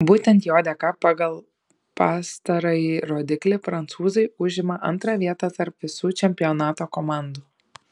būtent jo dėka pagal pastarąjį rodiklį prancūzai užima antrą vietą tarp visų čempionato komandų